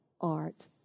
art